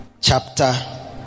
Chapter